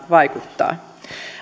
vaikuttaa